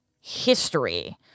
history